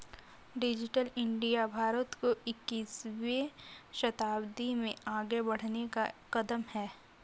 digital India Bharat को इक्कीसवें शताब्दी में आगे बढ़ने का कदम है